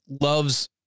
loves